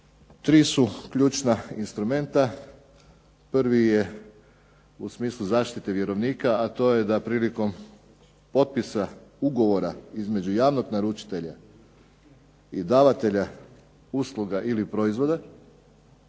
Tri su ključna instrumenta, prvi je u smislu zaštite vjerovnika, a to je da prilikom potpisa ugovora između javnog naručitelja i davatelja usluga ili proizvoda,